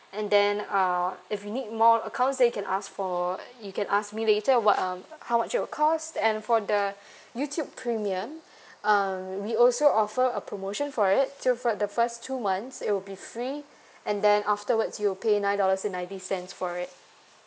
and then uh if you need more accounts then you can ask for you can ask me later what um how much it will cost and for the youtube premium uh we also offer a promotion for it so for the first two months it will be free and then afterwards you'll pay nine dollars and ninety cents for it